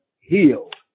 healed